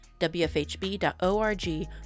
wfhb.org